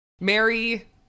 Mary